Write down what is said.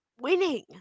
winning